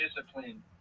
discipline